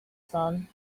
sun